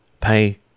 pay